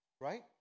right